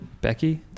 Becky